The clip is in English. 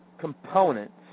components